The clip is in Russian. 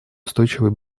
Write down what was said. устойчивой